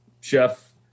chef